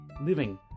living